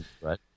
Right